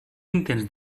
intents